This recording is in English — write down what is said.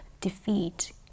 defeat